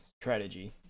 strategy